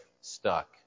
stuck